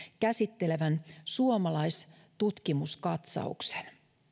käsittelevän suomalaistutkimuskatsauksen